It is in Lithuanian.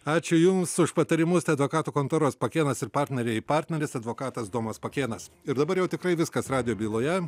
ačiū jums už patarimus tai advokatų kontoros pakėnas ir partneriai partneris advokatas domas pakėnas ir dabar jau tikrai viskas radijo byloje